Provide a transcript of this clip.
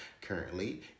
currently